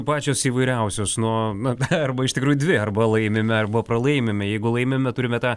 pačios įvairiausios nuo na arba iš tikrųjų dvi arba laimime arba pralaimime jeigu laimime turime tą